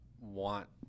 want